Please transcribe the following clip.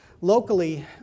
Locally